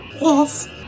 yes